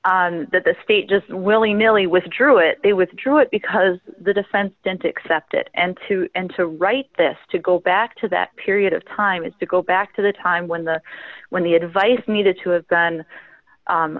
the state just willy nilly withdrew it they withdrew it because the defense didn't accept it and to and to write this to go back to that period of time is to go back to the time when the when the advice needed to have been